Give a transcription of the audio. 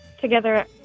together